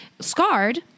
scarred